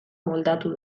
moldatu